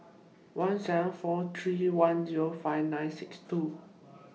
one seven four three one Zero five nine six two